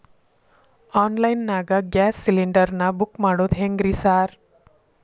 Online ನಾಗ gas cylinder ನಾ book ಮಾಡೋದ್ ಹೆಂಗ್ರಿ ಸಾರ್?